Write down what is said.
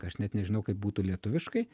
aš net nežinau kaip būtų lietuviškai